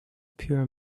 pure